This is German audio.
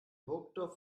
burgdorf